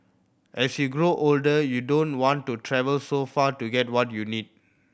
as you grow older you don't want to travel so far to get what you need